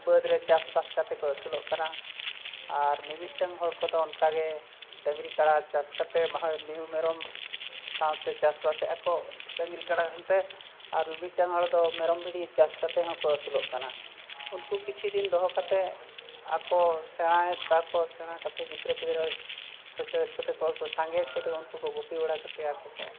ᱵᱟᱹᱫᱽ ᱨᱮ ᱪᱟᱥ ᱵᱟᱥ ᱠᱟᱛᱮᱫ ᱠᱚ ᱟᱹᱥᱩᱞᱚᱜ ᱠᱟᱱᱟ ᱟᱨ ᱢᱤᱢᱤᱫᱴᱟᱝ ᱦᱚᱲ ᱠᱚᱫᱚ ᱚᱱᱠᱟ ᱜᱮ ᱰᱟᱹᱝᱨᱤ ᱠᱟᱰᱟ ᱪᱟᱥ ᱠᱟᱛᱮᱫ ᱢᱟᱦᱟ ᱢᱤᱦᱩ ᱢᱮᱨᱚᱢ ᱥᱟᱶᱛᱮ ᱪᱟᱥᱵᱟᱥᱮᱫ ᱟᱠᱚ ᱰᱟᱹᱝᱨᱤ ᱠᱟᱰᱟ ᱟᱱᱛᱮ ᱟᱨ ᱢᱤᱢᱤᱫᱴᱟᱝ ᱦᱚᱲ ᱫᱚ ᱢᱮᱨᱚᱢ ᱵᱷᱤᱰᱤ ᱪᱟᱥ ᱠᱟᱛᱮᱫ ᱦᱚᱸᱠᱚ ᱟᱹᱥᱩᱞᱚᱜ ᱠᱟᱱᱟ ᱩᱱᱠᱩ ᱠᱤᱪᱷᱩ ᱫᱤᱱ ᱫᱚᱦᱚ ᱠᱟᱛᱮᱫ ᱟᱠᱚ ᱥᱮᱬᱟᱭᱮᱫ ᱠᱚᱣᱟᱠᱚ ᱥᱮᱬᱟ ᱠᱟᱛᱮᱫ ᱜᱤᱫᱽᱨᱟᱹ ᱯᱤᱫᱽᱨᱟᱹ ᱦᱚᱪᱚᱭᱮᱫ ᱠᱚᱛᱮ ᱠᱚ ᱟᱨᱠᱚ ᱥᱟᱸᱜᱮᱭᱮᱫ ᱠᱚᱛᱮᱠᱚ ᱩᱱᱠᱩ ᱠᱚ ᱜᱩᱯᱤ ᱵᱟᱲᱟ ᱠᱟᱛᱮᱫ ᱟᱠᱚ ᱠᱚ